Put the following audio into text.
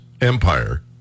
empire